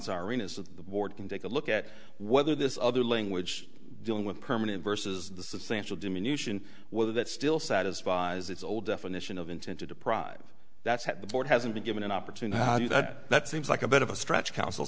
the board can take a look at whether this other language dealing with permanent versus the substantial diminution whether that still satisfies its old definition of intent to deprive that's had the board hasn't been given an opportunity how do you that that seems like a bit of a stretch council